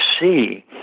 see